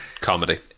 comedy